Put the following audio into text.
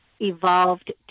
evolved